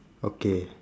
okay